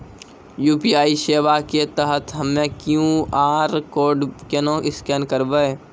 UPI सेवा के तहत हम्मय क्यू.आर कोड केना स्कैन करबै?